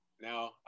now